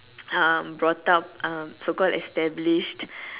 um um brought up uh so called established